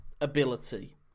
ability